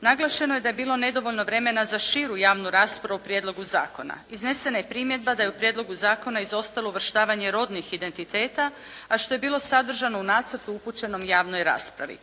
Naglašeno je da je bilo nedovoljno vremena za širu javnu raspravu o prijedlogu zakona. Iznesena je primjedba da je u prijedlogu zakona izostalo uvrštavanje rodnih identiteta, a što je bilo sadržano u nacrtu upućenom u javnoj raspravi.